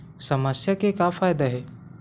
समस्या के का फ़ायदा हे?